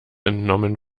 entnommen